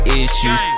issues